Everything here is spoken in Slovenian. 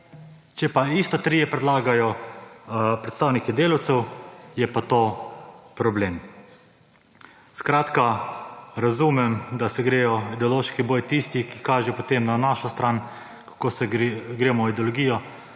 če pa isto trije predlagajo predstavniki delavcev, je pa to problem. Skratka razumem, da se grejo ideološki boj tisti, ki kažejo potem na našo stran, kako se gremo ideologijo,